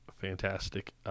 fantastic